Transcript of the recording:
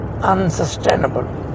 unsustainable